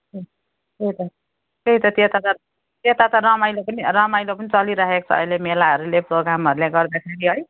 ए त्यही त त्यही त त्यता त त्यता त रमाइलो पनि रमाइलो पनि चलिरहेको छ अहिले मेलाहरूले प्रोगामहरूले गर्दाखेरि है